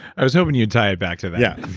i was hoping you'd tie it back to that. yeah